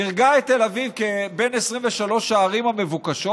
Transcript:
דירגה את תל אביב בין 23 הערים המבוקשות,